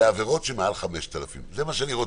לעבירות שמעל 5,000. זה מה שאני רוצה.